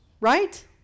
Right